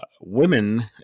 women